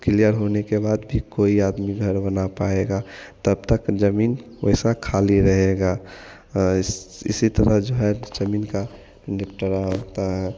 clear होने के बाद फ़िर कोई आदमी घर बना पाएगा तब तक ज़मीन वैसा खाली रहेगा इस इसी तरह जो है न ज़मीन का निपटारा होता है